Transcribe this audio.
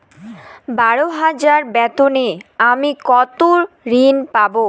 বারো হাজার বেতনে আমি কত ঋন পাব?